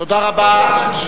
תודה רבה.